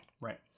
Right